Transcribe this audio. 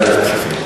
זה יסתיים,